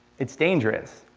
it's dangerous.